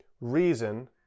reason